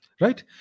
right